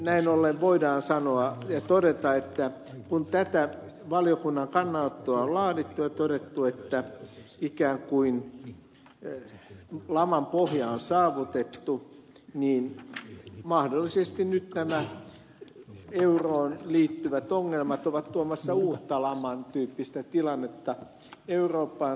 näin ollen voidaan sanoa ja todeta että kun tätä valiokunnan kannanottoa on laadittu ja todettu että ikään kuin laman pohja on saavutettu niin mahdollisesti nyt nämä euroon liittyvät ongelmat ovat tuomassa uutta laman tyyppistä tilannetta eurooppaan suomeen